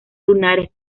lunares